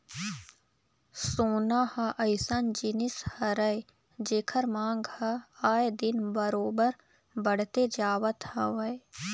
सोना ह अइसन जिनिस हरय जेखर मांग ह आए दिन बरोबर बड़ते जावत हवय